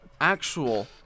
actual